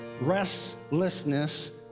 restlessness